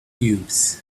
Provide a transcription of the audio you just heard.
cubes